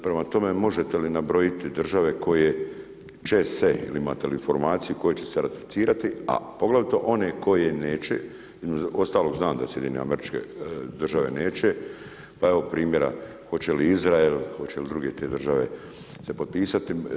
Prema tome, možete li nabrojiti države, koje će se ili imate li informaciju, koje će se ratificirati, a poglavito one koje neće, ostalo znam da SAD neće, pa evo primjera, hoće li Izrael, hoće li druge te države se potpisati.